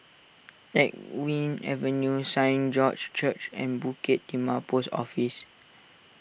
Teck Whye Avenue Saint George's Church and Bukit Timah Post Office